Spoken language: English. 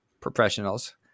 Professionals